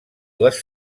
les